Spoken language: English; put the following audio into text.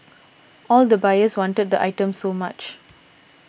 all the buyers wanted the items so much